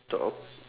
top